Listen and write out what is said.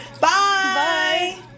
Bye